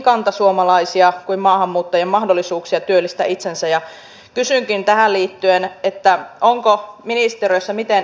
kyse on enemmänkin siitä että terveydenhuollon ja sosiaalihuollon ammattilaiset eivät ole sitoutuneet uudistusten toteuttamiseen